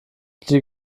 die